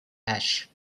ash